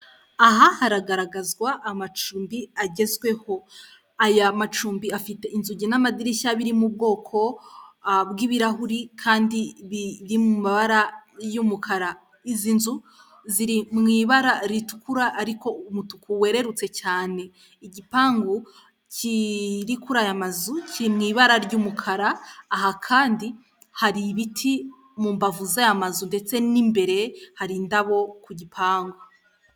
Aha haragaragazwa amacumbi agezweho aya macumbi afite inzugi n'amadirishya biri mu bwoko bw'ibirahuri kandi biri mu mabara y'umukara, izi nzu ziri mu ibara ritukura ariko umutuku wererutse cyane igipangu kiri kuri aya mazu kiri mu ibara ry'umukara, aha kandi hari ibiti mu mbavu z'aya mazu ndetse n'imbere hari indabo ku gipangu.